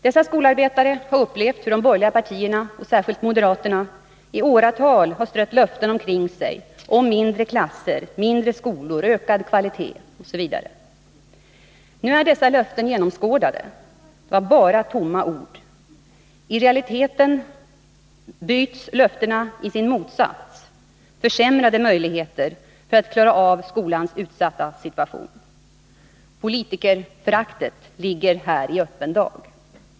Dessa skolarbetare har upplevt hur de borgerliga partierna, särskilt moderaterna, i åratal har Allmänpolitisk strött löften omkring sig om mindre klasser, mindre skolor, ökad kvalitet osv. — debatt Nu är dessa löften genomskådade — de var bara tomma ord. I realiteten byts löftena i sin motsats: försämrade möjligheter att klara av skolans utsatta situation. Politikerföraktet ligger här i öppen dag.